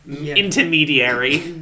intermediary